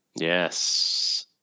Yes